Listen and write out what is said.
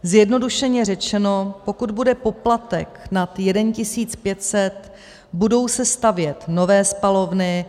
Zjednodušeně řečeno, pokud bude poplatek nad 1 500, budou se stavět nové spalovny.